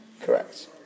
Correct